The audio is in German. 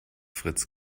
fritz